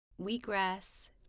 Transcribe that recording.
wheatgrass